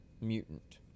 mutant